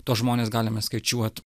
tuos žmones galime skaičiuot